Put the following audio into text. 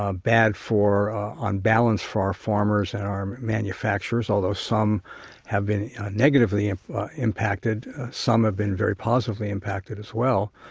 ah bad for on balance for our farmers and our manufacturers. although some have been negatively impacted, some have been very positively impacted as well.